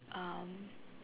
um